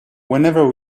whenever